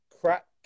crack